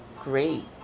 great